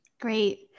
Great